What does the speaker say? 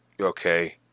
okay